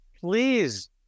please